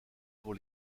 pour